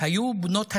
היו בנות הצלה.